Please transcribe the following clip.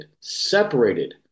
separated